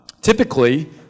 Typically